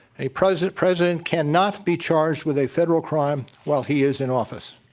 a present president cannot be charged with a federal crime while he is in office.